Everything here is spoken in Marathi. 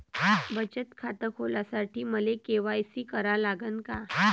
बचत खात खोलासाठी मले के.वाय.सी करा लागन का?